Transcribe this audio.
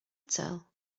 tell